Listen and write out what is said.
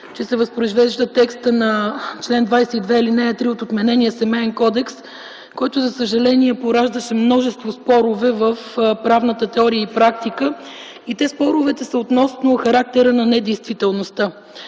че се възпроизвежда текстът на чл. 22, ал. 3 от отменения Семеен кодекс, който за съжаление пораждаше множество спорове в правната теория и практика. Споровете са относно характера на недействителността.